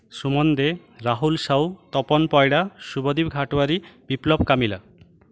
Suman De Rahul Sau Tapan Payra Subhadip Khatuari Biplab Kamila